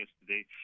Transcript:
yesterday –